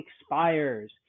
expires